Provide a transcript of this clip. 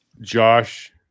Josh